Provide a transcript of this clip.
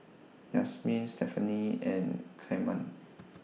Yasmine Stephany and Clemma